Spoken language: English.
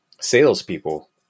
salespeople